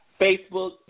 Facebook